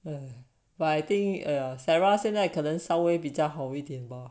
mm but I think !aiya! sarah 现在可能稍微比较好一点 bah